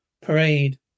parade